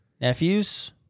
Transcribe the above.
nephews